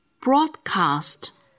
Broadcast